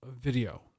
video